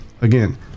Again